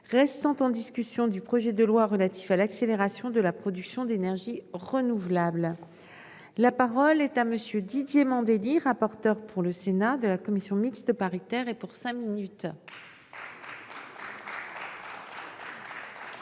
sont en discussion du projet de loi relatif à l'accélération de la production d'énergies renouvelables. La parole est à monsieur Didier Mandelli rapporteur pour le Sénat de la commission mixte paritaire et pour cinq minutes.